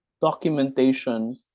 documentation